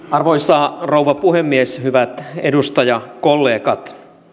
arvoisa rouva puhemies hyvät edustajakollegat